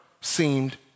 seemed